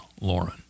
lauren